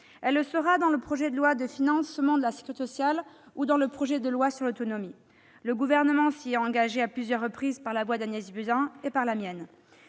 Elle le sera dans le projet de loi de financement de la sécurité sociale ou dans le projet de loi sur l'autonomie. Le Gouvernement s'y est engagé à plusieurs reprises par la voix d'Agnès Buzyn et par la mienne.